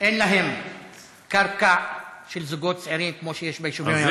אין להם קרקע של זוגות צעירים כמו שיש ביישובים היהודיים,